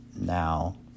now